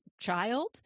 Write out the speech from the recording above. child